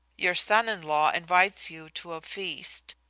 your son-in-law invites you to a feast,